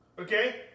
Okay